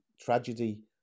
tragedy